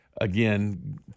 again